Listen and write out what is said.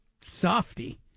Softy